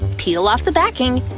peel off the backing,